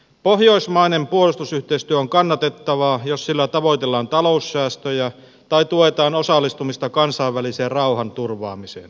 pohjoismainen puolustusyhteistyö on kannatettavaa jos sillä tavoitellaan taloussäästöjä tai tuetaan osallistumista kansanväliseen rauhanturvaamiseen